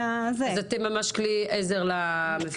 אז אתם ממש כלי עזר למפקחים.